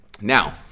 now